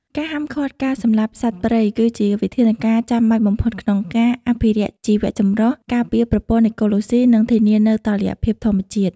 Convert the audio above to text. ការហាមឃាត់ការសម្លាប់សត្វព្រៃ គឺជាវិធានការចាំបាច់បំផុតក្នុងការអភិរក្សជីវៈចម្រុះ ការពារប្រព័ន្ធអេកូឡូស៊ី និងធានានូវតុល្យភាពធម្មជាតិ។